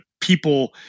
people